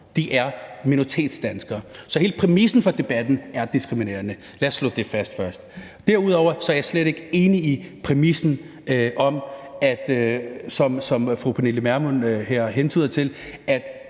de er minoritetsdanskere. Så hele præmissen for debatten er diskriminerende. Lad os slå det fast først. Derudover er jeg slet ikke enig i præmissen, som fru Pernille Vermund her hentyder til,